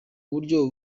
buryo